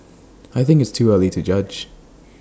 I think it's too early to judge